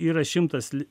yra šimtas li